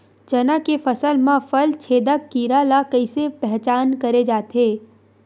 चना के फसल म फल छेदक कीरा ल कइसे पहचान करे जाथे?